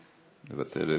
מוותרת,